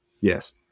Yes